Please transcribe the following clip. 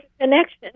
connection